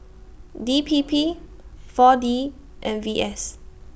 D P P four D and V S